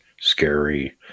scary